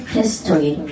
history